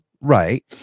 Right